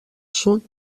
sud